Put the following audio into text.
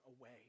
away